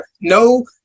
No